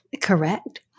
Correct